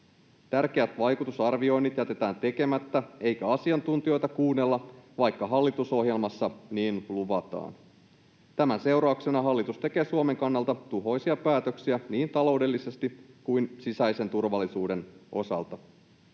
Tärkeät vaikutusarvioinnit jätetään tekemättä eikä asiantuntijoita kuunnella, vaikka hallitusohjelmassa niin luvataan. Tämän seurauksena hallitus tekee Suomen kannalta tuhoisia päätöksiä niin taloudellisesti kuin sisäisen turvallisuuden osalta.